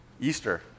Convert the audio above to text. Easter